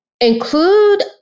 include